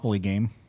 game